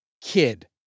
kid